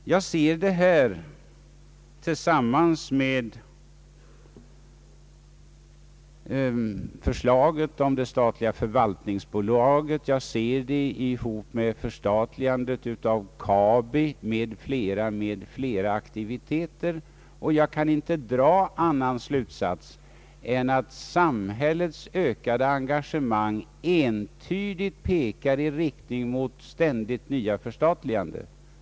Jag ser det här tillsammans med förslaget om det statliga förvaltningsbolaget, jag ser det också tillsammans med förstatligandet av Kabi m.fl. aktiviteter och kan inte dra annan slutsats än att samhällets ökade engagemang entydigt pekar i riktning mot ständigt nya förstatliganden.